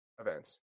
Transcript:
events